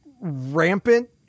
rampant